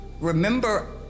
remember